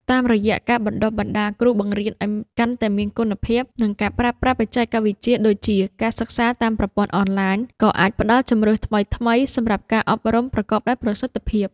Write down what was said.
តាមរយៈការបណ្តុះបណ្តាលគ្រូបង្រៀនឱ្យកាន់តែមានគុណភាព និងការប្រើប្រាស់បច្ចេកវិទ្យាដូចជាការសិក្សាតាមប្រព័ន្ធអនឡាញ ក៏អាចផ្តល់ជម្រើសថ្មីៗសម្រាប់ការអប់រំប្រកបដោយប្រសិទ្ធភាព។